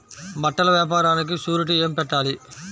బట్టల వ్యాపారానికి షూరిటీ ఏమి పెట్టాలి?